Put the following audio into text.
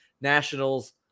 Nationals